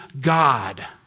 God